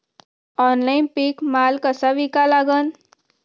Online पीक माल कसा विका लागन?